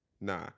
Nah